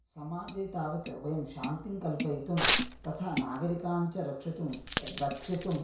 समाजे तावत् वयं शान्तिं कल्पयितुं तथा नागरिकान् च रक्षितुं रक्षितुं